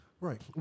Right